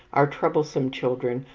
our troublesome children,